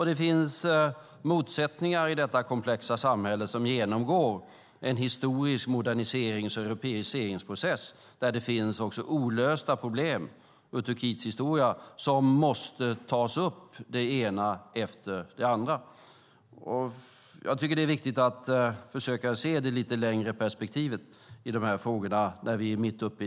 Det finns motsättningar i detta komplexa samhälle som genomgår en historisk moderniserings och europeiseringsprocess, där det också finns olösta problem i Turkiets historia som måste tas upp. Jag tycker att det är viktigt att försöka se det längre perspektivet i de här frågorna.